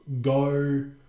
go